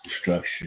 structure